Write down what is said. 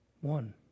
One